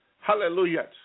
Hallelujah